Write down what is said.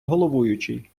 головуючий